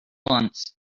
once